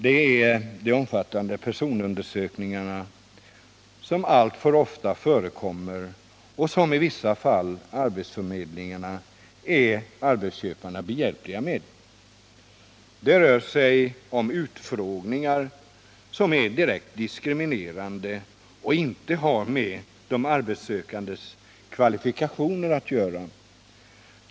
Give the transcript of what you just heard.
Det gäller de omfattande personundersökningarna som alltför ofta förekommer och som i vissa fall arbetsförmedlingarna är arbetsköparna behjälpliga med. Det rör sig om utfrågningar som är direkt diskriminerande och som inte har med arbetssökandens kvalifikationer att göra.